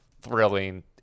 thrilling